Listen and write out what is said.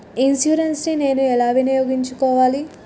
Insurance ని నేను ఎలా వినియోగించుకోవాలి?